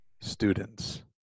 students